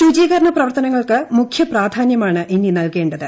ശുചീകരണ പ്രവർത്തനങ്ങൾക്ക് മുഖ്യപ്രാധാനൃമാണ് ഇനി നൽകേണ്ടത്